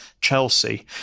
Chelsea